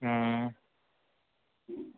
हूँ